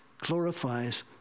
glorifies